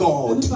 God